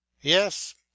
Yes